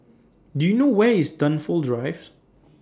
Do YOU know Where IS Dunsfold Drive